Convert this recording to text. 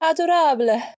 Adorable